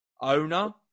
owner